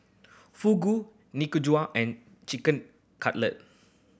Fugu Nikujaga and Chicken Cutlet